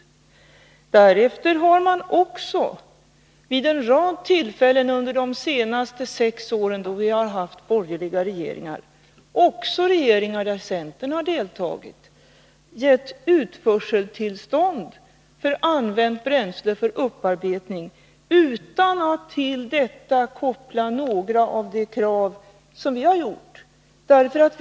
Därefter har man också vid en rad tillfällen under de senaste sex åren då vi har haft borgerliga regeringar — också regeringar där centern har deltagit — givit tillstånd till utförsel och upparbetning av använt bränsle, utan att till detta koppla några av de krav som vi har ställt.